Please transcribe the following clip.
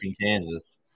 Kansas